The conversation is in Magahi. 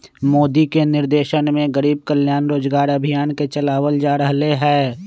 मोदी के निर्देशन में गरीब कल्याण रोजगार अभियान के चलावल जा रहले है